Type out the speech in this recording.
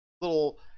little